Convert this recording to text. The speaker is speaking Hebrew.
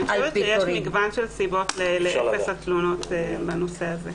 יש מגוון סיבות לאפס תלונות בנושא הזה.